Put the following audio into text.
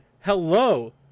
hello